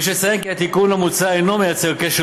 יש לציין כי התיקון המוצע אינו מייצר קשר